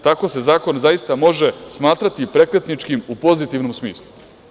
Tako se zakon zaista može smatrati prekretničkim u pozitivnim smislu.